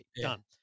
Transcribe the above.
Done